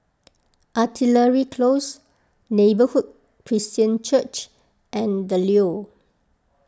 Artillery Close Neighbourhood Christian Church and the Leo